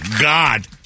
God